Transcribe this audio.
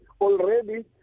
Already